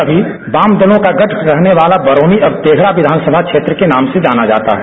कभी वामदलों का गढ रहने वाला बरौनी अब तेघडा विधान सभा क्षेत्र के नाम से जाना जाता है